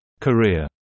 Career